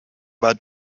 war